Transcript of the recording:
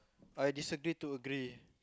I disagree to agree